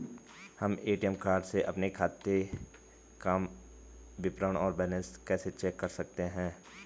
हम ATM card से अपने खाते काम विवरण और बैलेंस कैसे चेक कर सकते हैं?